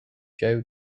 joe